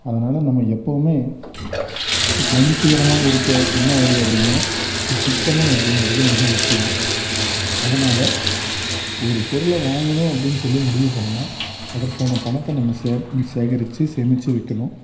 அதனால் நம்ம எப்போவுமே மகிழ்ச்சிகரமாக இருக்க என்ன வழி அப்படின்னா இந்த சிக்கனம் அப்படிங்கிறது மிக முக்கியம் அதனால் ஒரு பொருளை வாங்கணும் அப்படின் சொல்லி முடிவு பண்ணுன்னா அதற்கான பணத்தை நம்ம சே சேகரிச்சு சேமிச்சு வைக்கணும்